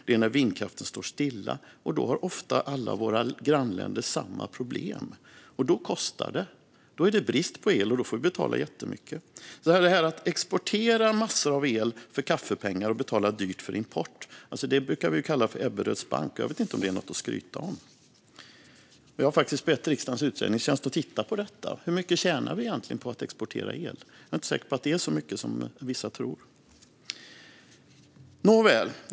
Det är när vindkraften står stilla, och då har ofta alla våra grannländer samma problem. Då kostar det. Då är det brist på el, och då får vi betala jättemycket. Det här att exportera massor av el för kaffepengar och betala dyrt för import brukar vi ju kalla Ebberöds bank, och jag vet inte om det är något att skryta om. Jag har faktiskt bett riksdagens utredningstjänst att titta på detta: Hur mycket tjänar vi egentligen på att exportera el? Jag är inte säker på att det är så mycket som vissa tror. Nåväl!